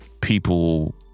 people